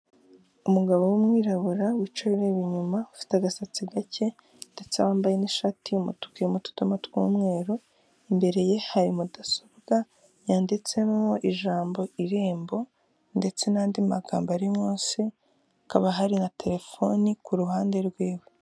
Umugabo w'umwirabura wicaye ureba inyuma ufite agasatsi gake ndetse wambaye n'ishati y'umutuku irimo utudoma tw'umweru, imbere ye hari mudasobwa yanditsemo ijambo irembo ndetse n'andi magambo ari munsi hakaba hari na telefoni ku ruhande rw'iwe.